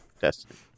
Destiny